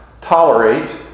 tolerate